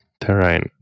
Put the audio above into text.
terrain